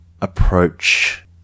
approach